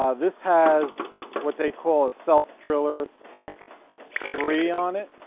um this has what they call a self driller tek three on it.